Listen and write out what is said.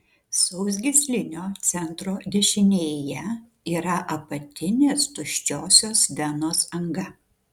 sausgyslinio centro dešinėje yra apatinės tuščiosios venos anga